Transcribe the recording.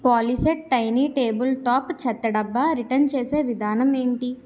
POLYCET tiny table top చెత్తడబ్బా return చేసే విధానం ఏంటి